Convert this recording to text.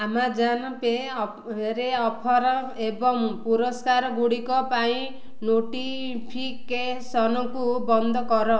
Amazon Pay ଅପରେ offer ଏବଂ ପୁରସ୍କାରଗୁଡ଼ିକ ପାଇଁ ନୋଟିଫିକେସନ୍କୁ ବନ୍ଦ କର